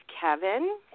Kevin